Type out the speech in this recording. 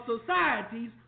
societies